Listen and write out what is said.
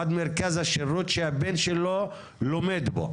עד מרכז השירות שהבן שלו לומד בו?